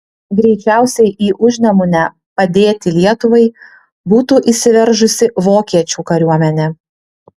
greičiausiai į užnemunę padėti lietuvai būtų įsiveržusi vokiečių kariuomenė